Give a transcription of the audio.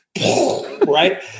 Right